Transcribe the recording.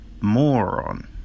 Moron